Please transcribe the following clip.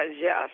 yes